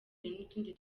n’utundi